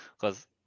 because-